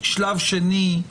שלב שני,